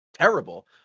terrible